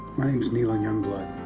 my name is kneeland youngblood,